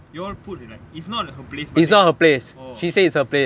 you all put like is not her place but then orh